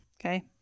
Okay